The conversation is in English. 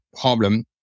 problem